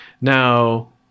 Now